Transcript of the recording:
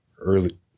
early